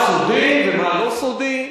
מה סודי ומה לא סודי,